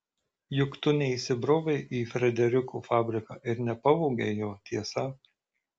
juk tu neįsibrovei į frederiko fabriką ir nepavogei jo tiesa